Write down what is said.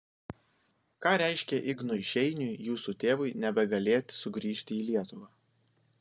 ką reiškė ignui šeiniui jūsų tėvui nebegalėti sugrįžti į lietuvą